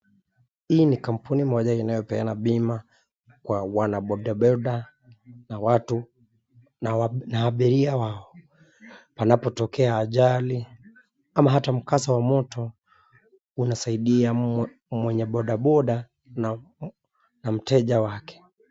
Hii ni kampuni moja inayopeana bima kwa wana boda boda, watu na abiria wao panapotokea ajali ama hata mkasa wa moto unasaidia mwenye boda boda na mteja wake.